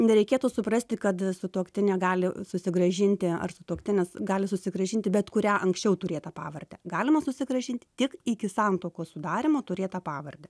nereikėtų suprasti kad sutuoktinė gali susigrąžinti ar sutuoktinis gali susigrąžinti bet kurią anksčiau turėtą pavardę galima susigrąžinti tik iki santuokos sudarymo turėtą pavardę